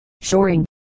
shoring